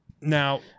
Now